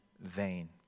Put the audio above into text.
vain